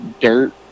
dirt